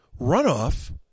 Runoff